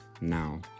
Now